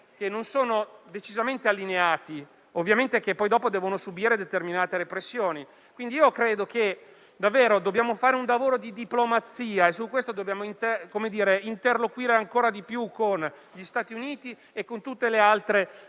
che non sono decisamente allineati e ovviamente poi devono subire determinate repressioni. Credo che dobbiamo veramente fare un lavoro di diplomazia e su questo dobbiamo interloquire ancora di più con gli Stati Uniti e con tutte le altre istituzioni